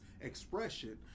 expression